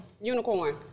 unicorn